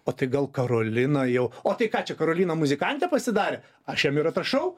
o tai gal karolina jau o tai ką čia karolina muzikantė pasidarė aš jam ir atrašau